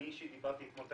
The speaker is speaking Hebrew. אני אישית דיברתי אתמול,